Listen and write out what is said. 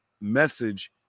message